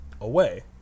away